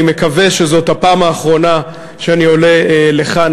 אני מקווה שזאת הפעם האחרונה שאני עולה לכאן,